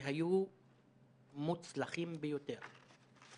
והיו מוצלחים ביותר.